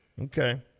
Okay